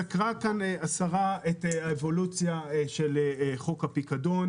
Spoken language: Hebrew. השרה סקרה כאן את האבולוציה של חוק הפיקדון